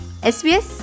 SBS